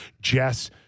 Jess